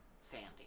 Sandy